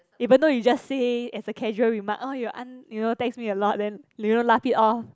even though you just say as a casual remark oh your aunt you know text me a lot then you know laugh it off